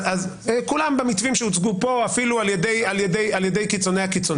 כולם במתווים שהוצגו כאן אפילו על ידי קיצוני הקיצונים.